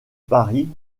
paris